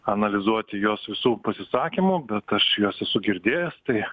analizuoti jos visų pasisakymų bet aš juos esu girdėjęs tai